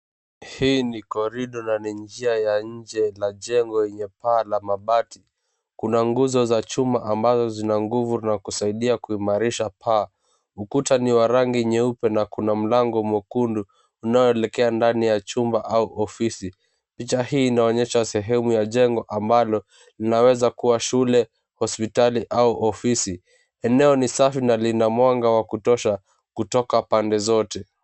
Hii ni korido na ni njia ya nje la jengo yenye paa la mabati. Kuna nguzo za chuma ambazo zina nguvu na kusaidia kuimarisha paa. Ukuta ni wa rangi nyeupe na kuna mlango mwekundu unaoelekea ndani ya chumba au ofisi. Picha hii inaonyesha sehemu ya jengo ambalo linaweza kuwa shule, hospitali au ofisi. Eneo ni safi na lina mwanga wa kutosha kutoka pande zote.